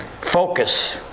Focus